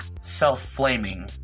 self-flaming